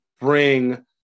bring